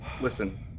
Listen